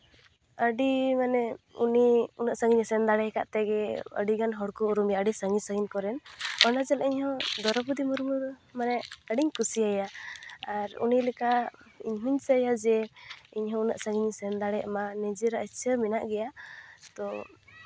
ᱟᱹᱰᱤ ᱢᱟᱱᱮ ᱩᱱᱤ ᱩᱱᱟᱹᱜ ᱥᱟᱺᱜᱤᱧ ᱥᱮᱱ ᱫᱟᱲᱮᱭᱟᱠᱟᱜ ᱛᱮᱜᱮ ᱟᱹᱰᱤᱜᱟᱱ ᱦᱚᱲᱠᱚ ᱩᱨᱩᱢᱮᱭᱟ ᱟᱹᱰᱤ ᱥᱟᱺᱜᱤᱧ ᱥᱟᱺᱜᱤᱧ ᱠᱚᱨᱮᱱ ᱚᱱᱟ ᱪᱮᱞᱮᱜ ᱤᱧ ᱦᱚᱸ ᱫᱨᱳᱣᱯᱚᱫᱤ ᱢᱩᱨᱢᱩ ᱫᱚ ᱟᱹᱰᱤᱧ ᱠᱩᱥᱤᱭᱟᱭᱟ ᱟᱨ ᱩᱱᱤ ᱞᱮᱠᱟ ᱤᱧ ᱦᱚᱸᱧ ᱪᱟᱹᱭᱟ ᱡᱮ ᱤᱧᱦᱚᱸ ᱩᱱᱟᱹᱜ ᱥᱟᱺᱜᱤᱧ ᱤᱧ ᱥᱮᱱ ᱫᱟᱲᱮᱭᱟᱜ ᱢᱟ ᱱᱤᱡᱮᱨᱟᱜ ᱤᱪᱪᱷᱟᱹ ᱢᱮᱱᱟᱜ ᱜᱮᱭᱟ ᱛᱚ